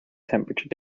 temperature